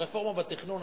הרפורמה בתכנון,